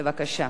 בבקשה.